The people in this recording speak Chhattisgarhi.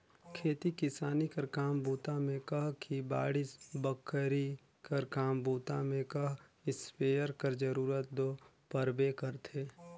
खेती किसानी कर काम बूता मे कह कि बाड़ी बखरी कर काम बूता मे कह इस्पेयर कर जरूरत दो परबे करथे